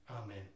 Amen